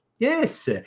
yes